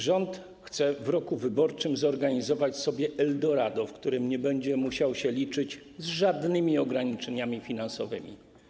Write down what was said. Rząd chce w roku wyborczym zorganizować sobie eldorado, w którym nie będzie musiał liczyć się z żadnymi ograniczeniami finansowymi.